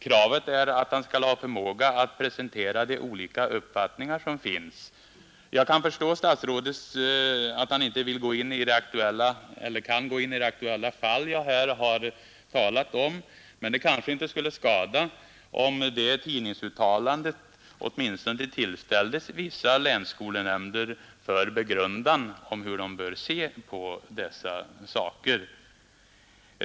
Kravet är att han skall ha förmåga att presentera de olika uppfattningar som finns.” Jag förstår att statsrådet inte kan gå in på det aktuella fall jag har talat om, men det kanske inte skulle skada att det här tidningsuttalandet åtminstone rillställdes vissa länsskolnämnder för begrundan om hur de bör se pa dessa saker.